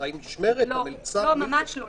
ממש לא.